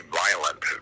violent